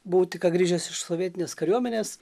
buvau tik ką grįžęs iš sovietinės kariuomenės